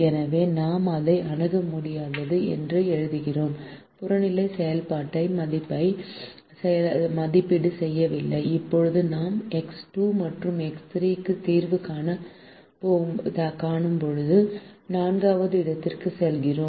எனவே நாம் அதை அணுக முடியாதது என்று எழுதுகிறோம் புறநிலை செயல்பாட்டை மதிப்பீடு செய்யவில்லை இப்போது நாம் எக்ஸ் 2 மற்றும் எக்ஸ் 3 க்கு தீர்க்கப் போகும் நான்காவது இடத்திற்குச் செல்கிறோம்